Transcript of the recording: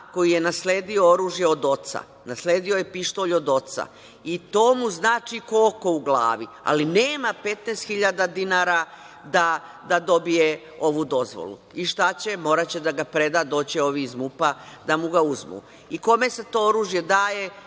koji je nasledio oružje od oca, nasledio je pištolj od oca i to mu znači ko oko u glavi, ali nema 15 hiljada dinara da dobije ovu dozvolu i šta će, moraće da ga preda, doći će ovi iz MUP da mu ga uzmu. Kome se to oružje daje?